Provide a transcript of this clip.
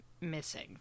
missing